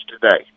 today